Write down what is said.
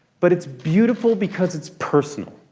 but it's beautiful because it's personal.